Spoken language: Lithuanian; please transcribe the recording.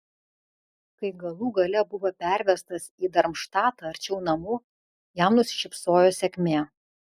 kai galų gale buvo pervestas į darmštatą arčiau namų jam nusišypsojo sėkmė